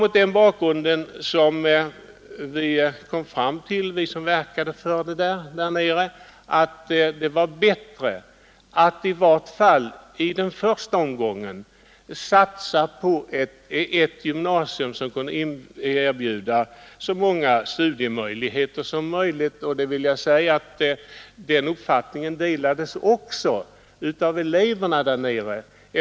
Mot denna bakgrund kom vi fram till att det var bättre att i varje fall i första omgången satsa på ett gymnasium som kunde erbjuda ett så allsidigt val av studievägar som möjligt. Den uppfattningen delades också av eleverna där nere.